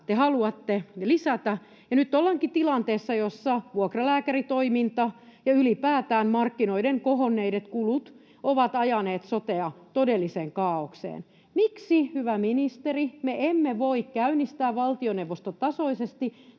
te haluatte lisätä. Ja nyt ollaankin tilanteessa, jossa vuokralääkäritoiminta ja ylipäätään markkinoiden kohonneet kulut ovat ajaneet sotea todelliseen kaaokseen. Miksi, hyvä ministeri, me emme voi käynnistää valtioneuvostotasoisesti